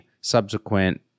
subsequent